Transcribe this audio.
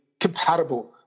compatible